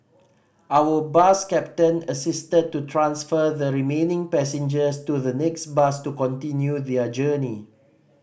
our bus captain assisted to transfer the remaining passengers to the next bus to continue their journey